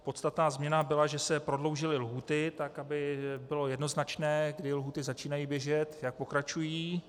Podstatná změna byla, že se prodloužily lhůty tak, aby bylo jednoznačné, kdy lhůty začínají běžet, jak pokračují.